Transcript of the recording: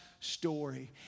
story